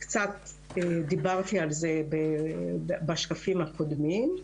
קצת דיברתי על זה בשקפים הקודמים.